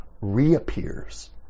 reappears